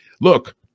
look